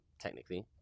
technically